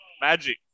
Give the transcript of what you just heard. magic